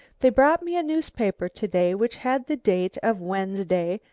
they brought me a newspaper to-day which had the date of wednesday,